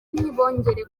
ntibongere